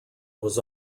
was